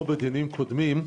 כמו בדיונים קודמים,